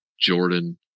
Jordan